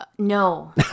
No